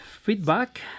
feedback